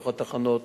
בתוך התחנות,